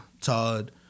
Todd